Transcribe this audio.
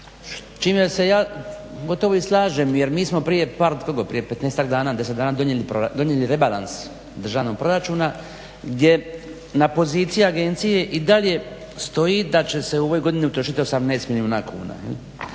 čime se ja gotovo i slažem jer mi smo prije par 15, 10 dana donijeli rebalans državnog proračuna gdje na poziciji agencije i dalje stoji da će u ovoj godini utrošiti 18 milijuna kuna.